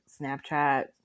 Snapchat